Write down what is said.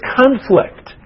conflict